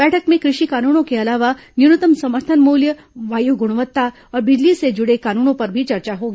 बैठक में कृषि कानूनों के अलावा न्यूनतम समर्थन मूल्य वायु गुणवत्ता और बिजली से जुड़े कानूनों पर भी चर्चा होगी